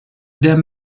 der